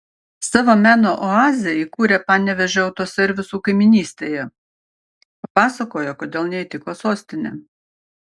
savo meno oazę įkūrė panevėžio autoservisų kaimynystėje papasakojo kodėl neįtiko sostinė